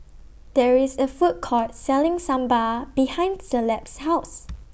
There IS A Food Court Selling Sambal behind Caleb's House